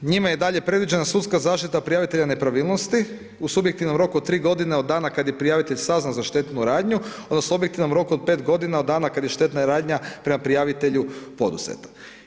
Njima je dalje predviđena sudska zaštita prijavitelja nepravilnosti u subjektivnom roku od 3 godine od dana kada je prijavitelj saznao za štetnu radnju odnosno objektivnom roku od 5 godina od dana kada je štetna radnja prema prijavitelju poduzeta.